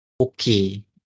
okay